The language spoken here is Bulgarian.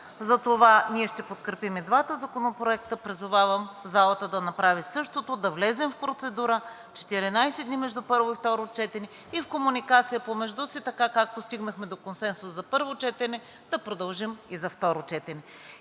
Затова ние ще подкрепим и двата законопроекта. Призовавам залата да направи същото, да влезем в процедура, 14 дни между първо и второ четене, и в комуникация помежду си, така, както стигнахме до консенсус за първо четене, да продължим и за второ четене.